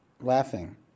laughing